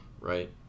right